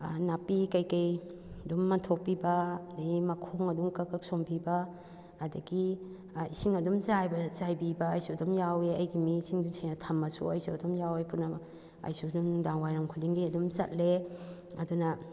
ꯅꯥꯄꯤ ꯀꯩꯀꯩ ꯑꯗꯨꯝ ꯃꯟꯊꯣꯛꯄꯤꯕ ꯑꯗꯨꯗꯒꯤ ꯃꯈꯣꯡ ꯑꯗꯨꯝ ꯀꯛ ꯀꯛ ꯁꯣꯝꯕꯤꯕ ꯑꯗꯒꯤ ꯏꯁꯤꯡ ꯑꯗꯨꯝ ꯆꯥꯏꯕꯤꯕ ꯑꯩꯁꯨ ꯑꯗꯨꯝ ꯌꯥꯎꯏ ꯑꯩꯒꯤ ꯃꯤꯁꯤꯡꯁꯦ ꯊꯝꯂꯁꯨ ꯑꯩꯁꯨ ꯑꯗꯨꯝ ꯌꯥꯎꯏ ꯄꯨꯝꯅꯃꯛ ꯑꯩꯁꯨ ꯑꯗꯨꯝ ꯅꯨꯡꯗꯥꯡ ꯋꯥꯏꯔꯝ ꯈꯨꯗꯤꯡꯒꯤ ꯑꯗꯨꯝ ꯆꯠꯂꯦ ꯑꯗꯨꯅ